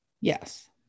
yes